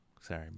Sorry